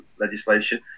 legislation